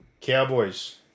Cowboys